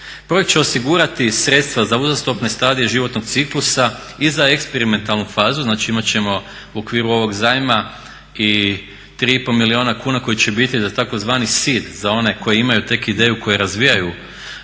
Prvo će osigurati sredstva za uzastopne stadije životnog ciklusa i za eksperimentalnu fazu znači imat ćemo u okviru ovog zajma i 3,5 milijuna kuna koji će biti za tzv. sid za one koji imaju tek ideju koji razvijaju